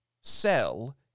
sell